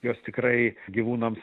jos tikrai gyvūnams